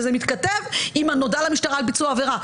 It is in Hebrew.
וזה מתכתב עם ה"נודע למשטרה על ביצוע עבירה",